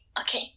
okay